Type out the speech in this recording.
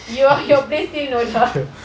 your your place still no dot